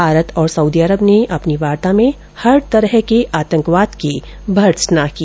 भारत और Saudi Arab ने अपनी वार्ता में हर तरह के आतंकवाद की भर्त सना की